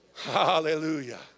Hallelujah